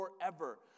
forever